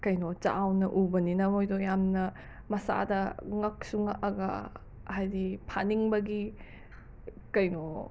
ꯀꯩꯅꯣ ꯆꯥꯎꯅ ꯎꯕꯅꯤꯅ ꯃꯣꯏꯗꯣ ꯌꯥꯝꯅ ꯃꯁꯥꯗ ꯉꯛꯁꯨ ꯉꯛꯑꯒ ꯍꯥꯏꯗꯤ ꯐꯥꯅꯤꯡꯕꯒꯤ ꯀꯩꯅꯣ